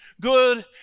good